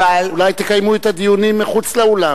אולי תקיימו את הדיונים מחוץ לאולם?